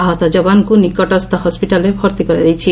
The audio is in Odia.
ଆହତ ଯବାନଙ୍କୁ ନିକଟସ୍ଥ ହସ୍କିଟାଲ୍ରେ ଭର୍ତ୍ତି କରାଯାଇଛି